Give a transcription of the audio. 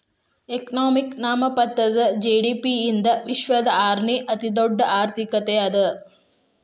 economy ನಾಮಮಾತ್ರದ GDP ಯಿಂದ ವಿಶ್ವದ ಆರನೇ ಅತಿದೊಡ್ಡ್ ಆರ್ಥಿಕತೆ ಅದ